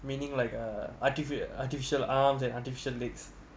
meaning like a artificial artificial arms and artificial legs